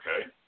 Okay